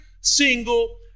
single